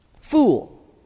fool